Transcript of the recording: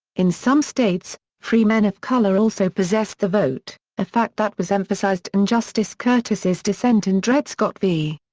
in some states, free men of color also possessed the vote, a fact that was emphasized in justice curtis's dissent in dred scott v.